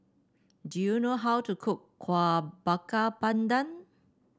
do you know how to cook Kuih Bakar Pandan